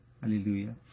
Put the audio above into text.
Hallelujah